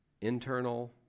internal